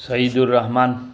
Sahidur Rahman